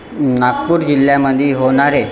नागपूर जिल्ह्यामधे होणारे